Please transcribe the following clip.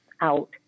out